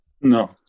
No